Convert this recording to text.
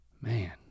Man